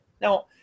Now